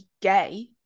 gay